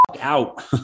out